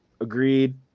Agreed